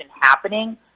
happening